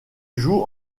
joue